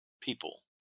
people